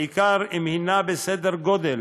בעיקר אם היא בסדר גודל